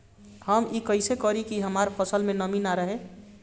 हम ई कइसे करी की हमार फसल में नमी ना रहे?